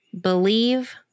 Believe